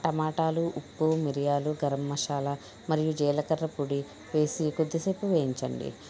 టమాటాలు ఉప్పు మిరియాలు గరంమసాల మరియు జీలకర్ర పొడి వేసి కొద్ది సేపు వేయించండి